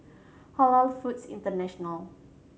Halal Foods International